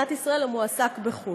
שהוא עובד מדינת ישראל המועסק בחו"ל.